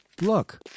Look